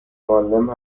معلم